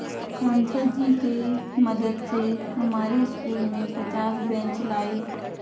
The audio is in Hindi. सांसद जी के मदद से हमारे स्कूल में पचास बेंच लाए